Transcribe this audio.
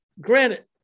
granted